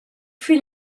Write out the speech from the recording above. fut